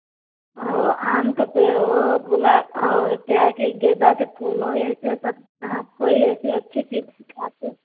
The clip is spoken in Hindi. आम का पेड़ है गुलाब क्या है कि गेंदा का फूल हो ऐसे ऐसे आप कोई ऐसे अच्छी चीज़ आपको